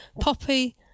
Poppy